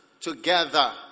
together